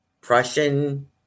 Prussian